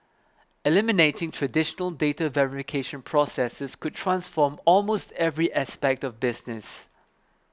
eliminating traditional data verification processes could transform almost every aspect of business